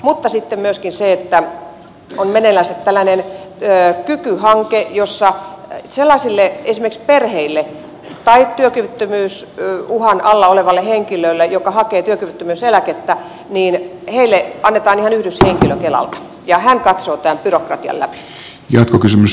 mutta sitten on myöskin meneillänsä tällainen kyky hanke jossa esimerkiksi perheille tai työkyvyttömyysuhan alla oleville henkilöille jotka hakevat työkyvyttömyyseläkettä annetaan ihan yhdyshenkilö kelalta ja hän katsoo tämän byrokratian läpi